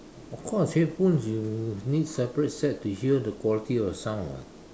of course headphones you need separate set to hear the quality of the sound [what]